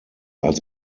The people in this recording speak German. als